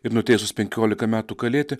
ir nutiesus penkiolika metų kalėti